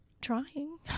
trying